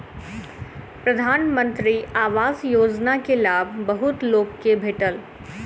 प्रधानमंत्री आवास योजना के लाभ बहुत लोक के भेटल